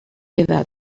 edat